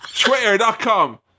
Twitter.com